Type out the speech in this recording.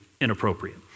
inappropriate